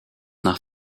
nach